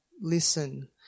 listen